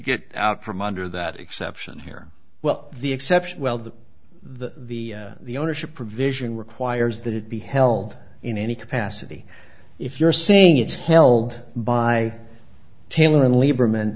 get out from under that exception here well the exception well the the the the ownership provision requires that it be held in any capacity if you're saying it's held by taylor and lieberman